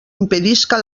impedisca